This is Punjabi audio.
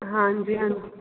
ਹਾਂਜੀ ਹਾਂਜੀ